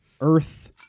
Earth